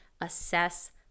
assess